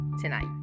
tonight